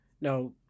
Now